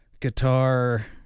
guitar